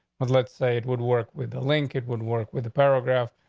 but let's say it would work with the link. it would work with the paragraph.